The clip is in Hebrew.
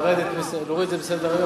תחליטו: ועדה, להוריד את זה מסדר-היום.